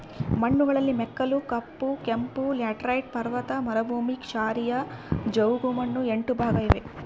ಮಣ್ಣುಗಳಲ್ಲಿ ಮೆಕ್ಕಲು, ಕಪ್ಪು, ಕೆಂಪು, ಲ್ಯಾಟರೈಟ್, ಪರ್ವತ ಮರುಭೂಮಿ, ಕ್ಷಾರೀಯ, ಜವುಗುಮಣ್ಣು ಎಂಟು ಭಾಗ ಇವೆ